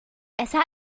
besser